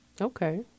okay